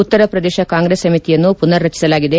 ಉತ್ತರ ಪ್ರದೇಶ್ ಕಾಂಗ್ರೆಸ್ ಸಮಿತಿಯನ್ನು ಪುನರ್ ರಚಿಸಲಾಗಿದೆ